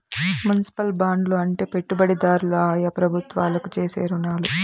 municipal బాండ్లు అంటే పెట్టుబడిదారులు ఆయా ప్రభుత్వాలకు చేసే రుణాలు